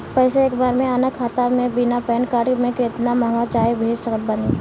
पैसा एक बार मे आना खाता मे बिना पैन कार्ड के केतना मँगवा चाहे भेज सकत बानी?